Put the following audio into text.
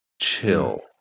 chill